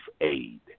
aid